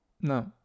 No